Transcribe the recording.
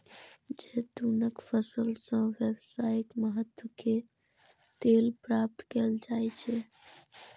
जैतूनक फल सं व्यावसायिक महत्व के तेल प्राप्त कैल जाइ छै